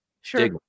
Sure